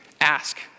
ask